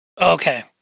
Okay